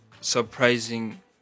surprising